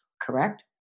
correct